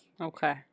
Okay